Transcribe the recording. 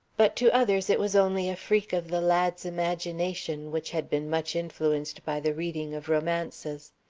but to others it was only a freak of the lad's imagination, which had been much influenced by the reading of romances.